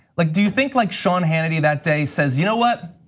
like do you think like sean hannity that day says, you know what?